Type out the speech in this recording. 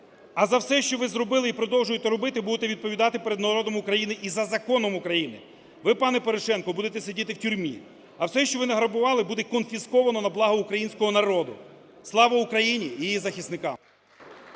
А за все, що ви зробили і продовжуєте робити, будете відповідати перед народом України і за законом України. Ви, пане Порошенко, будете сидіти в тюрмі, а все, що ви награбували, буде конфісковано на благо українського народу. Слава Україні і її захисникам.